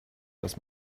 was